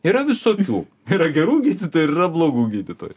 yra visokių yra gerų gydytojų ir yra blogų gydytojų